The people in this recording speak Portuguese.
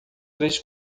três